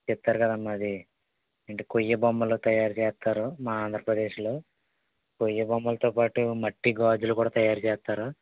చెప్తారు కదమ్మా అది ఏంటి కొయ్య బొమ్మల తయారు చేస్తారు మా ఆంధ్రప్రదేశ్లో కొయ్య బొమ్మలతో పాటు మట్టి గాజులు కూడా తయారు చేస్తారు